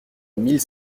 mille